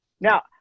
now